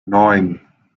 neun